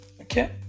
Okay